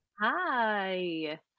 Hi